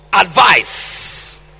advice